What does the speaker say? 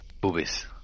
Boobies